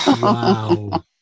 wow